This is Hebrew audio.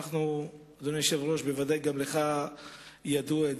אדוני היושב-ראש, ודאי גם לך זה ידוע.